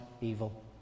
evil